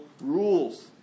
rules